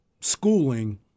schooling